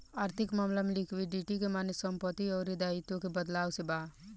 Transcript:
आर्थिक मामला में लिक्विडिटी के माने संपत्ति अउर दाईत्व के बदलाव से बा